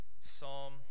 Psalm